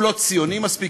הוא לא ציוני מספיק,